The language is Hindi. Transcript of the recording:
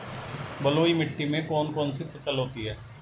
बलुई मिट्टी में कौन कौन सी फसल होती हैं?